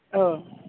औ